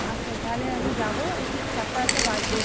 আচ্ছা তাহলে আমি যাবো একটু সাতটা আটটা বাজবে